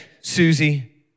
Susie